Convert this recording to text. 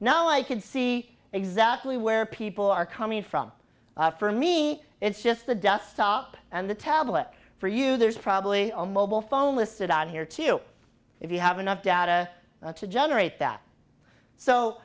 could see exactly where people are coming from for me it's just the desktop and the tablet for you there's probably a mobile phone listed on here too if you have enough data to generate that so